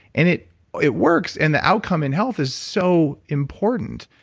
and it it works. and the outcome in health is so important.